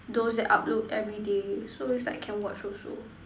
those that upload everyday so is I can watch also